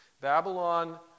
Babylon